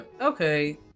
okay